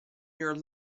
your